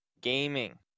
Gaming